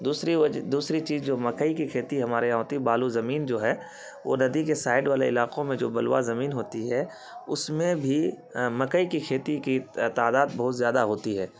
دوسری دوسری چیز جو مکئی کی کھیتی ہمارے یہاں ہوتی ہے بالو زمین جو ہے وہ ندی کے سائڈ والے علاقوں میں جو بلوا زمین ہوتی ہے اس میں بھی مکئی کی کھیتی کی تعداد بہت زیادہ ہوتی ہے